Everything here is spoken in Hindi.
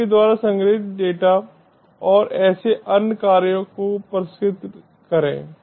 आपके द्वारा संग्रहीत डेटा और ऐसे अन्य कार्यों को परिष्कृत करें